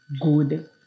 good